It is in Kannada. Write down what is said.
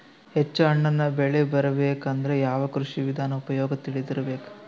ಹೆಚ್ಚು ಹಣ್ಣನ್ನ ಬೆಳಿ ಬರಬೇಕು ಅಂದ್ರ ಯಾವ ಕೃಷಿ ವಿಧಾನ ಉಪಯೋಗ ತಿಳಿದಿರಬೇಕು?